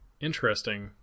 interesting